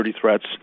threats